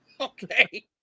okay